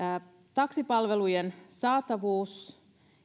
taksipalvelujen saatavuus